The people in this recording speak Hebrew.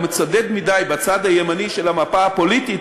מצדד מדי בצד הימני של המפה הפוליטית,